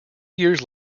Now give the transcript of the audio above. years